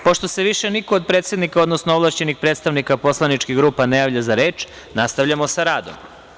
Pošto se više niko od predsednika, odnosno ovlašćenih predstavnika poslaničkih grupa ne javlja za reč, nastavljamo sa radom.